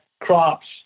crops